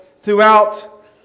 throughout